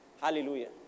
Hallelujah